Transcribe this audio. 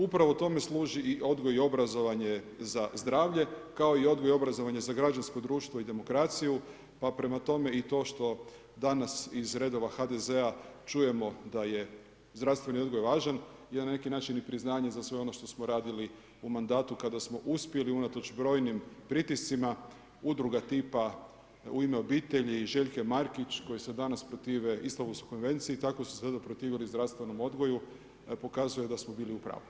Upravo tome služi i odgoj i obrazovanje za zdravlje kao i odgoj i obrazovanje za građansko društvo i demokraciju, pa prema tome i to što danas iz redova HDZ-a čujemo da je zdravstveni odgoj važan je na neki način i priznanje za sve ono što smo radili u mandatu kada smo uspjeli unatoč brojnim pritiscima udruga tipa „U ime obitelji“ Željke Markić koji se danas protive Istambulskoj konvenciji i tako su se svi protivili zdravstvenom odgoju pokazuje da smo bili u pravu.